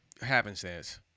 Happenstance